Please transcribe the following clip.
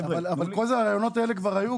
אבל כל הרעיונות האלה כבר היו,